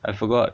I forgot